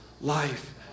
life